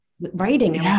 writing